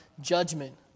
judgment